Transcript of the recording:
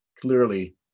clearly